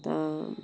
तऽ